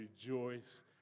rejoice